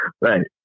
Right